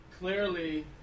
Clearly